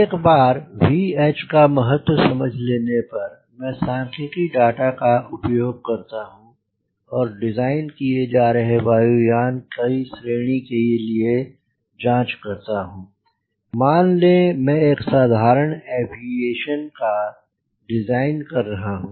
एक बार VH का महत्व समझ लेने पर मैं सांख्यिकी डाटा का उपयोग करता हूँ और डिज़ाइन किये जा रहे वायु यान की श्रेणी के लिए जांचता हूँ मान लें कि मैं एक साधारण एविएशन का डिज़ाइन कर रहा हूँ